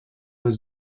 was